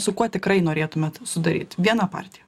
su kuo tikrai norėtumėt sudaryt viena partija